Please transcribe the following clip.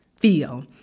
feel